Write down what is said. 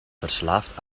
verslaafd